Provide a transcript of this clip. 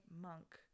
monk